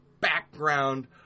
background